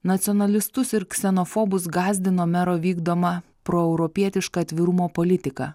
nacionalistus ir ksenofobus gąsdino mero vykdoma proeuropietiška atvirumo politika